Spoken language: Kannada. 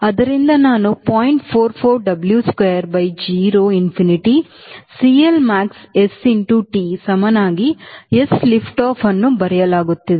44 W square by g rho infinity CLmax S into T ಸಮನಾಗಿ s lift off ಅನ್ನು ಬರೆಯಲಾಗುತ್ತಿದೆ